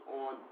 on